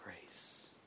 grace